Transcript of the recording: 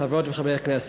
חברות וחברי הכנסת,